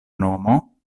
nomo